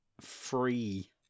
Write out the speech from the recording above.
free